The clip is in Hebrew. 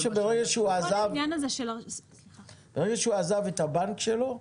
אני חושב שברגע שהוא עזב את הבנק שלו,